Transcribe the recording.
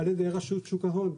על ידי רשות ההון.